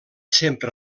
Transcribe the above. sempre